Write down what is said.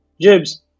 Jibs